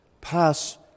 pass